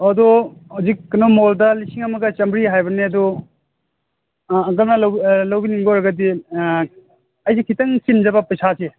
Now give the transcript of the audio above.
ꯑꯣ ꯑꯗꯨ ꯍꯧꯖꯤꯛ ꯀꯩꯅꯣ ꯃꯣꯜꯗ ꯂꯤꯁꯤꯡ ꯑꯃꯒ ꯆꯥꯝꯃꯔꯤ ꯍꯥꯏꯕꯅꯦ ꯑꯗꯨ ꯑꯥ ꯑꯪꯀꯜꯅ ꯂꯧꯕꯤꯅꯤꯡꯕ ꯑꯣꯏꯔꯒꯗꯤ ꯑꯩꯁꯤ ꯈꯤꯇꯪ ꯆꯤꯟꯖꯕ ꯄꯩꯁꯥꯁꯦ